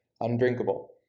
undrinkable